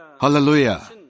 Hallelujah